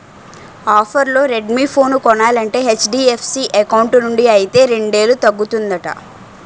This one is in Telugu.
ఆఫర్లో రెడ్మీ ఫోను కొనాలంటే హెచ్.డి.ఎఫ్.సి ఎకౌంటు నుండి అయితే రెండేలు తగ్గుతుందట